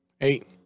eight